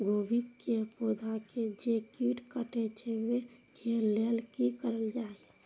गोभी के पौधा के जे कीट कटे छे वे के लेल की करल जाय?